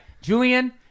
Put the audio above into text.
Julian